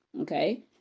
Okay